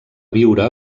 viure